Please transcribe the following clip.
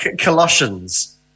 Colossians